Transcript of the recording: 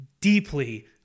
deeply